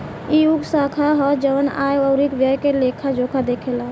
ई उ शाखा ह जवन आय अउरी व्यय के लेखा जोखा देखेला